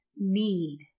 need